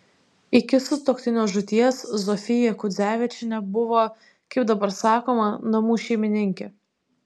iki sutuoktinio žūties zofija kudzevičienė buvo kaip dabar sakoma namų šeimininkė